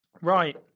Right